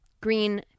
Green